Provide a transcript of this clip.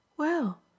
Well